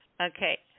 Okay